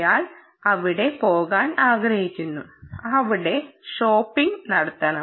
അയാൾ അവിടെ പോകാൻ ആഗ്രഹിക്കുന്നു അവിടെ ഷോപ്പിംഗ് നടത്തണം